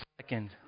second